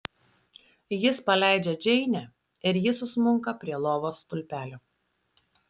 jis paleidžia džeinę ir ji susmunka prie lovos stulpelio